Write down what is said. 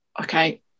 okay